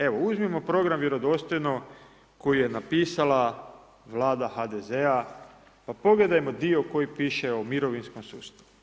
Evo, uzmimo program Vjerodostojno, koji je napisala Vlada HDZ-a, pa pogledajmo dio koji piše o mirovinskom sustavu.